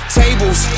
tables